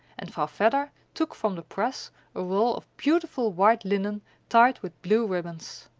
and vrouw vedder took from the press a roll of beautiful white linen tied with blue ribbons.